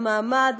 המעמד,